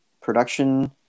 production